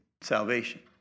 salvation